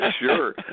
sure